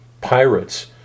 pirates